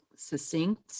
succinct